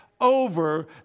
over